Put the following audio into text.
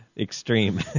Extreme